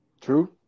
True